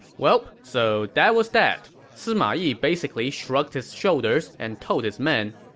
welp, so that was that. sima yi basically shrugged his shoulder and told his men,